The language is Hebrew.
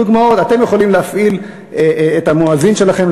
דוגמאות: אתם יכולים להפעיל את המואזין שלכם,